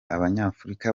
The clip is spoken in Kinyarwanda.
abanyafurika